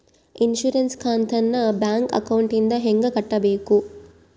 Insurance ಕಂತನ್ನ bank ಅಕೌಂಟಿಂದ ಹೆಂಗ ಕಟ್ಟಬೇಕು?